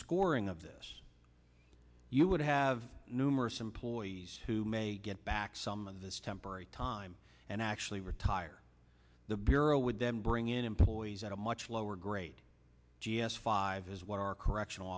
scoring of this you would have numerous employees who may get back some of this temporary time and actually retire the bureau would then bring in employees at a much lower grade g s five is what our correctional